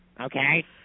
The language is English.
Okay